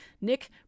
Nick